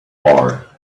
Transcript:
far